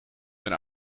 mijn